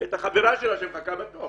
את החברה שלה שמחכה בתור.